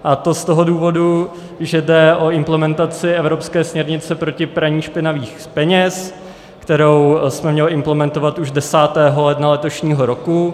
A to z toho důvodu, že jde o implementaci evropské směrnice proti praní špinavých peněz, kterou jsme měli implementovat už 10. ledna letošního roku.